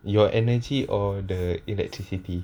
your energy or the electricity